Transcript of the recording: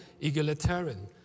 egalitarian